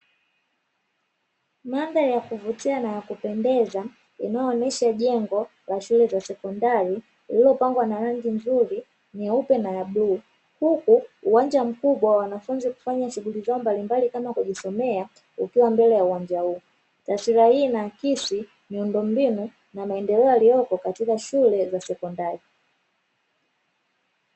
Mandhari ya kuvutia na ya kupendeza inayoonyesha jengo la shule za sekondari iliyopambwa kwa rangi nzuri nyeupe na ya bluu. Huku uwanja mkubwa wa wanafunzi kufanya shughuli zao mbalimbali kama kujisomea ikiwa mbele ya uwanja huu. Taswira hii ina akisi miundombinu na maendeleo yaliyo po katika shule za sekondari.